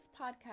podcast